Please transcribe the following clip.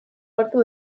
gertu